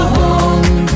home